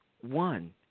One